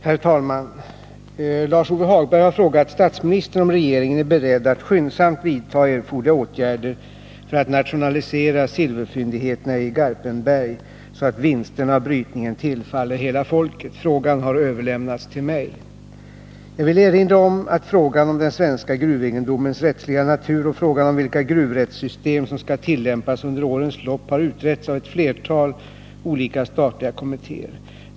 Herr talman! Lars-Ove Hagberg har frågat statsministern om regeringen är beredd att skyndsamt vidtaga erforderliga åtgärder för att nationalisera silverfyndigheterna i Garpenberg, så att vinsterna av brytningen tillfaller hela folket. Frågan har överlämnats till mig. Jag vill erinra om att frågan om den svenska gruvegendomens rättsliga natur och frågan om vilka gruvrättssystem som skall tillämpas under årens lopp har utretts av ett flertal olika statliga kommittéer.